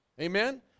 Amen